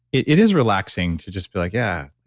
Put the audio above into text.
it is relaxing to just be like, yeah,